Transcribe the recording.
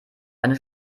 eine